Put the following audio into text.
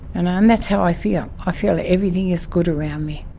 and um that's how i feel, i feel everything is good around me.